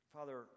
Father